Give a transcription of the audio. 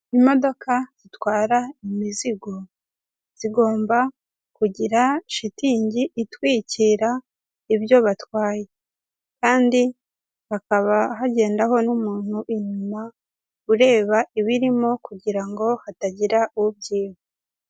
Imodoka zitwara imizigo zigomba kugira shitingi itwikira ibyo batwaye kandi hakaba hagendaho n'umuntu inyuma ureba ibirimo kugira ngo hatagira ubyiba.